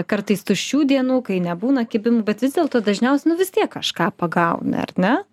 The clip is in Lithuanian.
kartais tuščių dienų kai nebūna kibimų bet vis dėlto dažniausiai nu vis tiek kažką pagauni ar ne